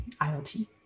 IoT